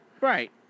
Right